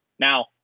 Now